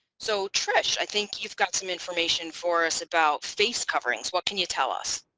so trish i think you've got some information for us about face coverings. what can you tell us?